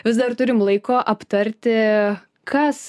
vis dar turim laiko aptarti kas